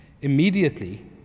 Immediately